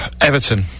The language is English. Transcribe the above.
Everton